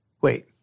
Wait